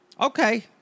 Okay